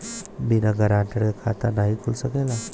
बिना गारंटर के खाता नाहीं खुल सकेला?